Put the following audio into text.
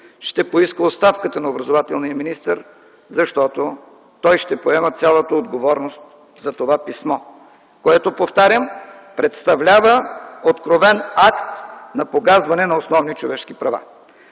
ще поиска оставката на образователния министър, защото той ще поеме цялата отговорност за това писмо, което, пак повтарям, представлява откровен акт на погазване на основни човешки права.